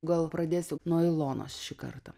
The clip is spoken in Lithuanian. gal pradėsim nuo ilonos šį kartą